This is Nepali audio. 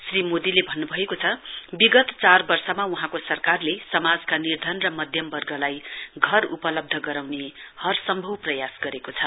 श्री मोदीले भन्न्भएको छ विगत चार वर्षमा वहाँको सरकारले समाजका निर्धन र मध्यमवर्गलाई घर उपलब्ध गराउने हरसम्भव प्रयास गरेको छ